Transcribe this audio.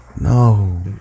No